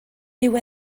dyw